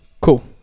Cool